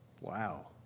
Wow